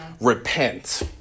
Repent